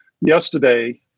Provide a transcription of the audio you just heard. yesterday